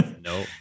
No